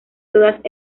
todas